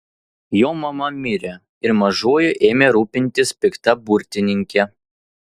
jo mama mirė ir mažuoju ėmė rūpintis pikta burtininkė